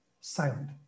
silent